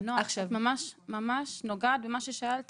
אבל נועה, את ממש נוגעת במה ששאלתי.